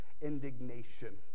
indignation